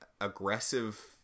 aggressive